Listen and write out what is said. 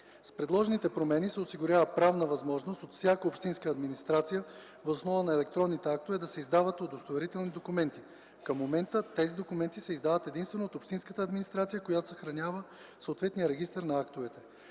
С предложените промени се осигурява правна възможност от всяка общинска администрация въз основа на електронните актове да се издават удостоверителни документи. Към момента тези документи се издават единствено от общинската администрация, която съхранява съответния регистър на актовете.